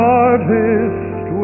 artist